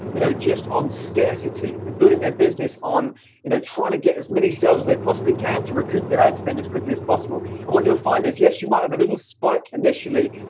you know just on scarcity and building their business on you know trying to get as many cells as they possibly can to recruit their ad spend as quickly as possible and what you'll find is yes you might have a spike initially?